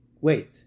wait